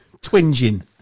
Twinging